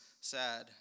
sad